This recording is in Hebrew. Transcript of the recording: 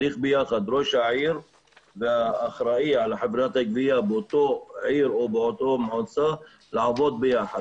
ראש העיר וראש חברת הגבייה צריכים לעבוד ביחד.